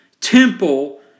temple